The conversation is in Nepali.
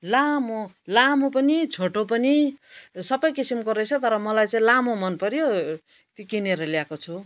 लामो लामो पनि छोटो पनि सबै किसिमको रहेछ तर मलाई चाहिँ लामो मन पऱ्यो किनेर ल्याएको छु